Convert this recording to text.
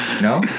no